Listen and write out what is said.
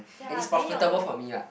and it's profitable for me ah